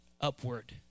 upward